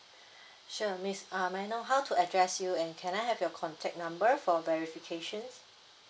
sure miss uh may I know how to address you and can I have your contact number for verification